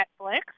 netflix